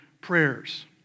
prayers